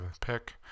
pick